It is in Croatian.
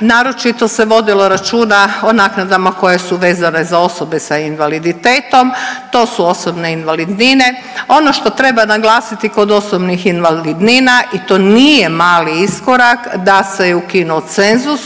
Naročito se vodilo računa o naknadama koje su vezane za osobe sa invaliditetom. To su osobne invalidnine. Ono što treba naglasiti kod osobnih invalidnina i to nije mali iskorak, da se je ukinuo cenzus